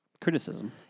criticism